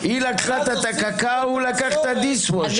היא לקחה את הקקאו, הוא לקח את ה-dishwasher.